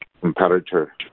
competitor